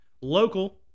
local